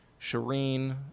Shireen